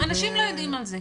אנשים לא יודעים על זה.